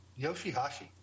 Yoshihashi